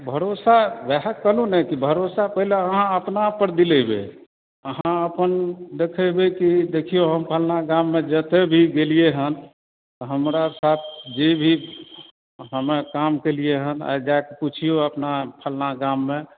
भरोसा उएह कहलहुँ ने कि भरोसा पहिले अहाँ अपना आपपर दिलेबै अहाँ अपन देखेबै कि देखियौ हम फलना गाममे जतय भी गेलियै हेँ तऽ हमरा साथ जे भी हमर काम केलियै हेँ आर जा कऽ पुछियौ अपना फलना गाममे